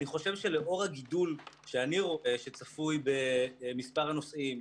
אני חושב שלאור הגידול שאני רואה שצפוי במספר הנוסעים,